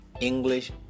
english